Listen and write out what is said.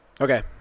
okay